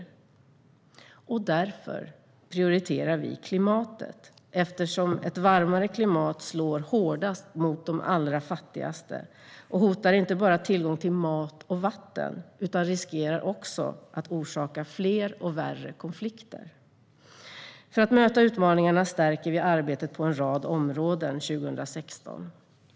Vi prioriterar klimatet eftersom ett varmare klimat slår hårdast mot de allra fattigaste och inte bara hotar tillgången till mat och vatten utan också riskerar att orsaka fler och värre konflikter. För att möta utmaningarna stärker vi arbetet på en rad områden 2016.